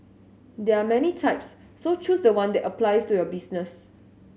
there are many types so choose the one that applies to your business